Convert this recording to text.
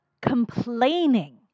complaining